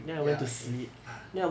ya okay ah